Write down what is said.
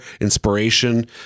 inspiration